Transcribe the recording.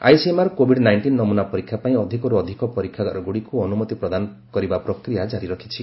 ICMR COVID nineteen ନମୁନା ପରୀକ୍ଷା ପାଇଁ ଅଧିକରୁ ଅଧିକ ପରୀକ୍ଷାଗାରଗୁଡ଼ିକୁ ଅନୁମତି ପ୍ରଦାନ କରିବା ପ୍ରକ୍ରିୟା ଜାରି ରଖିଛି